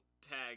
tag